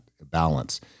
balance